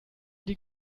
die